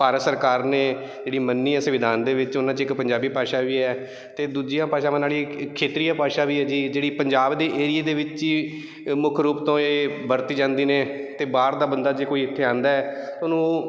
ਭਾਰਤ ਸਰਕਾਰ ਨੇ ਜਿਹੜੀ ਮੰਨੀ ਹੈ ਸੰਵਿਧਾਨ ਦੇ ਵਿੱਚ ਉਹਨਾਂ 'ਚ ਇੱਕ ਪੰਜਾਬੀ ਭਾਸ਼ਾ ਵੀ ਹੈ ਅਤੇ ਦੂਜੀਆਂ ਭਾਸ਼ਾਵਾਂ ਵਾਲੀ ਖੇਤਰੀ ਭਾਸ਼ਾ ਵੀ ਹੈ ਜੀ ਜਿਹੜੀ ਪੰਜਾਬ ਦੇ ਏਰੀਏ ਦੇ ਵਿੱਚ ਹੀ ਮੁੱਖ ਰੂਪ ਤੋਂ ਇਹ ਵਰਤੀ ਜਾਂਦੀ ਹੈ ਅਤੇ ਬਾਹਰ ਦਾ ਬੰਦਾ ਜੇ ਕੋਈ ਇੱਥੇ ਆਉਂਦਾ ਹੈ ਉਹਨੂੰ ਉਹ